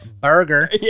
burger